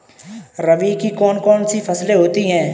रबी की कौन कौन सी फसलें होती हैं?